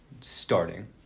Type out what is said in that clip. starting